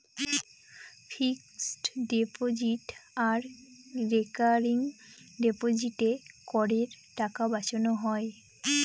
fixed deposit আর recurring ডিপোজিটে করের টাকা বাঁচানো হয়